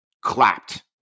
clapped